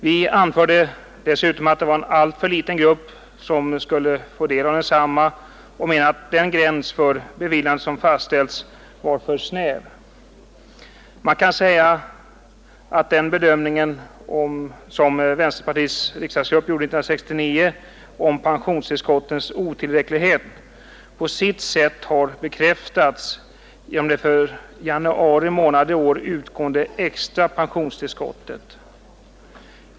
Vi anförde dessutom att det var en alltför liten grupp som skulle få del av densamma och menade att den gräns för beviljandet som fastställts var för snäv. Man kan säga att den bedömning som vänsterpartiet kommunisternas riksdagsgrupp gjorde 1969 om pensionstillskottens otillräcklighet på sitt sätt har bekräftats genom det för januari månad i år utgående extra pensionstillskottet.